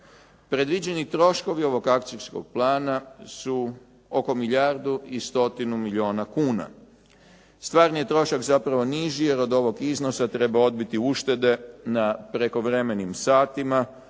Predviđeni troškovi ovog akcijskog plana su oko milijardu i 100 milijuna kuna. Stvarni je trošak zapravo niži jer od ovog iznosa treba odbiti uštede na prekovremenim satima